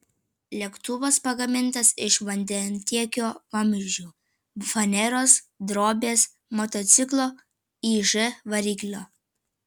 lėktuvas pagamintas iš vandentiekio vamzdžių faneros drobės motociklo iž variklio